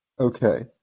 Okay